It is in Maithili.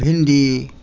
भिण्डी